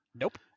nope